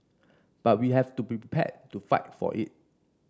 but we have to be prepared to fight for it